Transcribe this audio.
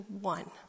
one